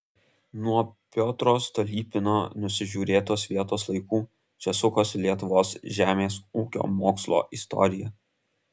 nuo piotro stolypino nusižiūrėtos vietos laikų čia sukosi lietuvos žemės ūkio mokslo istorija